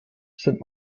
sind